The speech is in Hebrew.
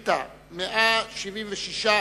בעל-פה,